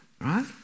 right